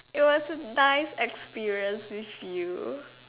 it was a nice experience with you